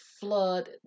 flood